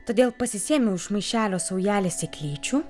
todėl pasisėmiau iš maišelio saujelę sėklyčių